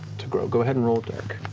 grow. go ahead and roll dark.